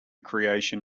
creation